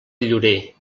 llorer